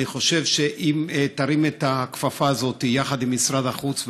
אני חושב שאם תרים את הכפפה הזאת יחד עם משרד החוץ,